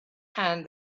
and